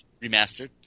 remastered